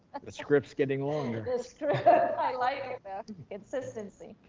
the script is getting longer. the script, i like that consistency.